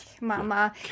mama